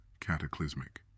cataclysmic